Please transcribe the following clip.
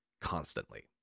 constantly